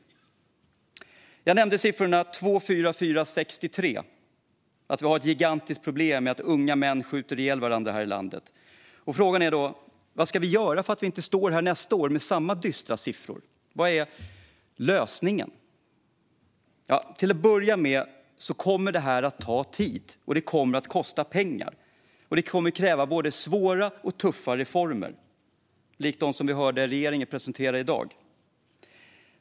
Jag nämnde siffrorna 2, 4, 4 och 63 - att vi har ett gigantiskt problem med att unga män skjuter ihjäl varandra här i landet. Och frågan är vad vi ska göra för att inte stå här nästa år med samma dystra siffror. Vad är lösningen? Till att börja med kommer detta att ta tid och kosta pengar, och det kommer att kräva både svåra och tuffa reformer, som dem vi hörde regeringen presentera i dag.